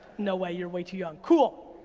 no way, you're way too young. cool.